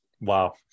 Wow